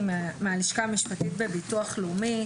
הלשכה המשפטית בביטוח לאומי.